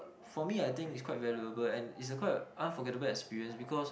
for me I think it's quite valuable and is a quite a unforgettable experience because